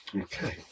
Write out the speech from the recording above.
Okay